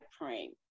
praying